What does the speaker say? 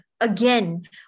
again